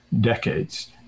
decades